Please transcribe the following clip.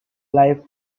life